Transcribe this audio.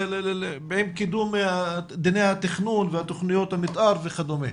בין קידום דיני התכנון והתכניות המתאר וכדומה.